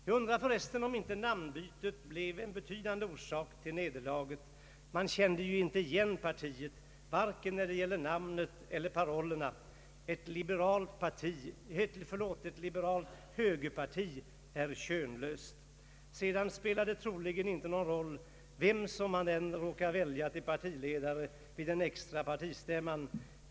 Jag undrar förresten om inte namnbytet blev en betydande orsak till nederlaget. Man kände ju inte igen partiet varken när det gällde namnet eller parollerna. Ett liberalt högerparti är könlöst. Sedan spelar det troligen inte någon roll vem man än råkar välja till partiledare vid den extra partistämman.